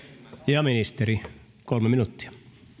ja ministeri kolme minuuttia